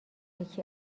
یکی